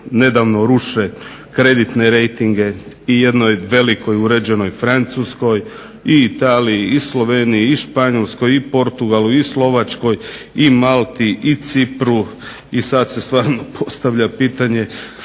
nedavno ruše kreditne rejtinge i jednoj velikoj uređenoj Francuskoj, i Italiji, i Sloveniji, i Španjolskoj, i Portugalu, i Slovačkoj, i Malti, i Cipru i sada se stvarno postavlja pitanje, što